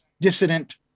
dissident